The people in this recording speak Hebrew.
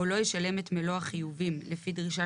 או לא ישלם את מלוא החיובים לפי דרישה